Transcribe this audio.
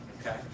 Okay